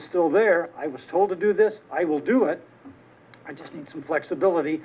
is still there i was told to do this i will do it i just need some flexibility